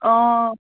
অ